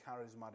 charismatic